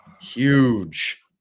huge